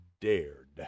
dared